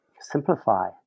simplify